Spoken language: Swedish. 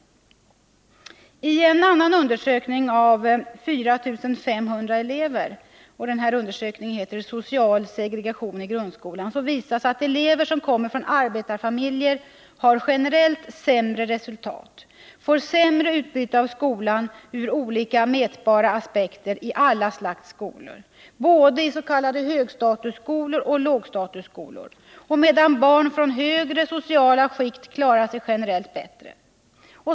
En annan undersökning som gäller 4 500 elever, Social segregation i grundskolan, visar att elever som kommer från arbetarfamiljer generellt har sämre resultat och får sämre utbyte av skolan ur olika mätbara aspekter i alla slags skolor — både i s.k. högstatusskolor och i s.k. lågstatusskolor — medan barnen från högre sociala skikt generellt klarar sig bättre.